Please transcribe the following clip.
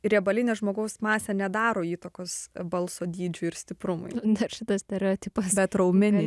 riebalinė žmogaus masė nedaro įtakos balso dydžiui ir stiprumui šitą stereotipą kad raumenys